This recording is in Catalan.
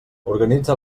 organitza